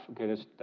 Okay